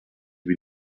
bin